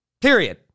Period